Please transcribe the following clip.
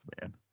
man